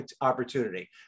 opportunity